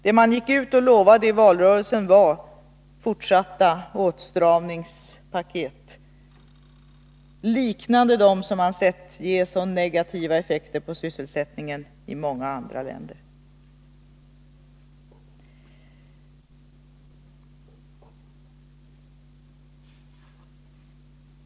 Det man lovade i valrörelsen var fortsatta åtstramningspaket, liknande dem man sett ge så negativa effekter på sysselsättningen i många andra länder.